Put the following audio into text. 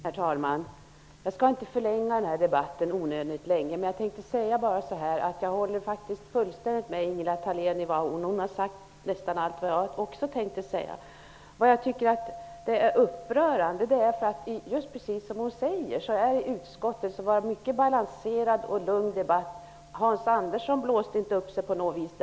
Herr talman! Jag skall inte i onödan förlänga debatten. Men jag vill säga att jag fullständigt håller med Ingela Thalén. Hon har sagt nästan allt som jag tänkte säga. Precis som Ingela Thalén sade var det en mycket balanserad och lugn debatt i utskottet, där Hans Andersson heller inte blåste upp sig på något sätt.